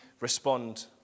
respond